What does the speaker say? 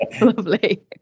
lovely